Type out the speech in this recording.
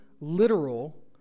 literal